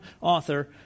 author